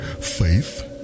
faith